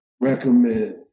recommend